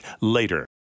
later